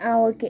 ஆ okay